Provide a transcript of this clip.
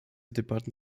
debatten